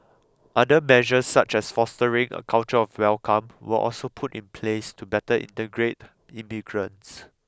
other measures such as fostering a culture of welcome were also put in place to better integrate immigrants